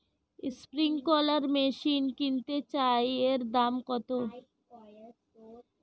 Sprinkler machine কিনতে চাই এর দাম কত?